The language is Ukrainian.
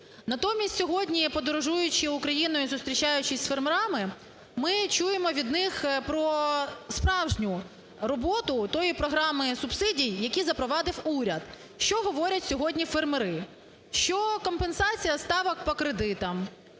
Натомість сьогодні, подорожуючи і зустрічаючись з фермерами, ми чуємо від них про справжню роботу тієї програми субсидій, яку запровадив уряд. Що говорять сьогодні фермери? Що компенсація ставок по кредитам